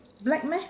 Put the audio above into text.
black meh